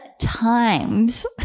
times